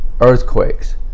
Earthquakes